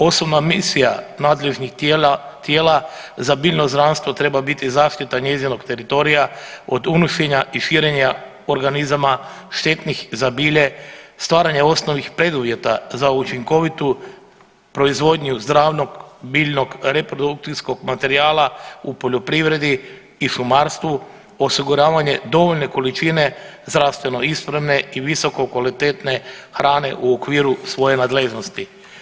Osobna misija nadležnih tijela, tijela za biljno zdravstvo treba biti zaštita njezinog teritorija od unošenja i širenja organizama štetnih za bilje, stvaranje osnovnih preduvjeta za učinkovitu proizvodnju zdravog biljnog reprodukcijskog materijala u poljoprivredi i šumarstvu, osiguravanje dovoljne količine zdravstveno ispravne i visokokvalitetne hrane u okviru svoje nadležnosti.